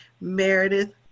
Meredith